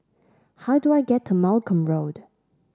how do I get to Malcolm Road